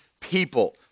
people